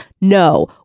No